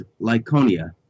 Lyconia